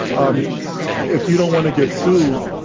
um if you don't want to get sued,